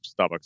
Starbucks